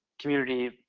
community